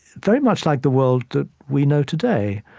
very much like the world that we know today.